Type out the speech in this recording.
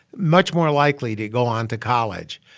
much more likely to go on to college,